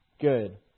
good